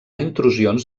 intrusions